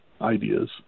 ideas